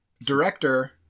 director